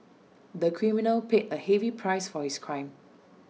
the criminal paid A heavy price for his crime